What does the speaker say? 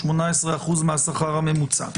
18 אחוזים מהשכר הממוצע.